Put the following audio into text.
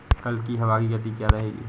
कल की हवा की गति क्या रहेगी?